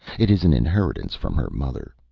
it is an inheritance from her mother.